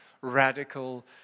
radical